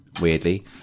Weirdly